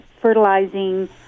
fertilizing